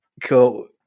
Cool